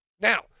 Now